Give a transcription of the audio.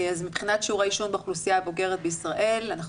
מבחינת שיעורי העישון באוכלוסייה הבוגרת בישראל אנחנו